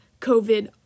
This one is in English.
COVID